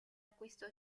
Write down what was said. acquistò